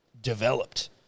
developed